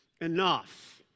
enough